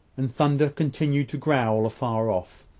and thunder continued to growl afar off.